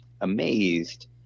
amazed